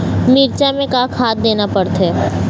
मिरचा मे का खाद देना पड़थे?